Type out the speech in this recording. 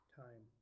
time